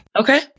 Okay